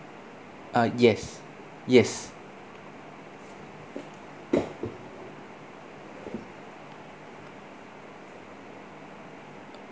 uh yes yes